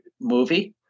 movie